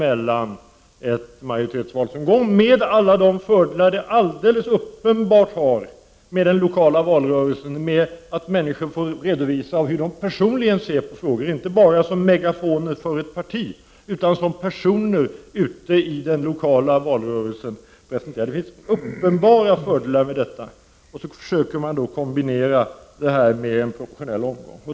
Ett majoritetsvalsystem, med alla de fördelar det helt uppenbart har, i den lokala valrörelsen, där människor får redovisa hur de personligen ser på frågor, inte bara som megafoner för ett parti, skulle kunna kombineras med en proportionell omgång.